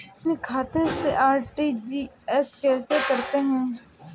अपने खाते से आर.टी.जी.एस कैसे करते हैं?